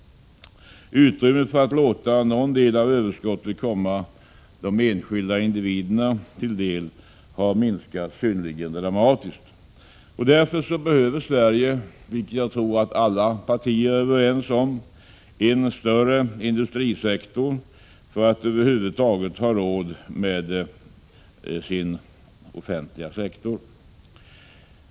Utrymmet för att låta någon del av överskottet komma de enskilda individerna till del har minskat dramatiskt. Därför behöver Sverige — vilket jag tror alla partier är överens om — en större 44 industrisektor för att över huvud taget ha råd med sin offentliga sektor.